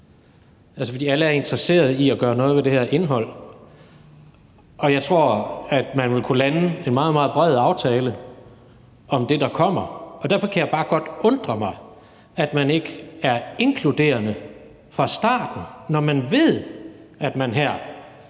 rigtigt. Alle er interesserede i at gøre noget ved det her indhold, og jeg tror, at man ville kunne lande en meget, meget bred aftale om det, der kommer, og derfor kan det bare godt undre mig, at man ikke er inkluderende fra starten, når man ved, at man her